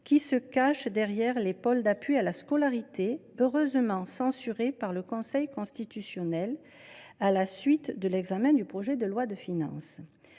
qui se cache derrière les pôles d’appui à la scolarité, heureusement censurés par le Conseil constitutionnel à la suite de l’examen du projet de loi de finances